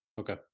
okay